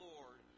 Lord